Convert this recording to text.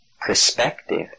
perspective